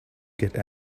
get